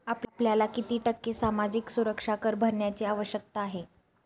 आपल्याला किती टक्के सामाजिक सुरक्षा कर भरण्याची आवश्यकता आहे?